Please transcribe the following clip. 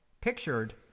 pictured